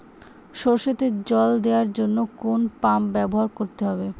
সরষেতে জল দেওয়ার জন্য কোন পাম্প ব্যবহার করতে হবে?